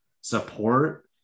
support